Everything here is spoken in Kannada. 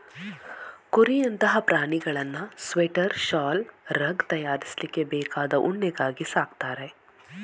ಕುರಿಯಂತಹ ಪ್ರಾಣಿಗಳನ್ನ ಸ್ವೆಟರ್, ಶಾಲು, ರಗ್ ತಯಾರಿಸ್ಲಿಕ್ಕೆ ಬೇಕಾದ ಉಣ್ಣೆಗಾಗಿ ಸಾಕ್ತಾರೆ